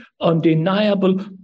undeniable